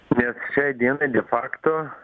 nes šiai dienai de facto